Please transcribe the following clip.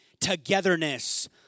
togetherness